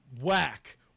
whack